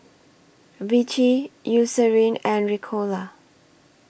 Vichy Eucerin and Ricola